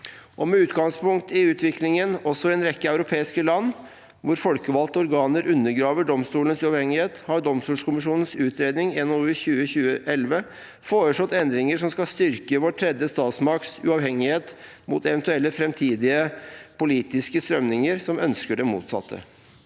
Med utgangspunkt i utviklingen, også i en rekke europeiske land, hvor folkevalgte organer undergraver domstolens uavhengighet, har domstolkommisjonen i sin utredning, NOU 2020: 11, foreslått endringer som skal styrke vår tredje statsmakts uavhengighet mot eventuelle framtidige politiske strømninger som ønsker det motsatte.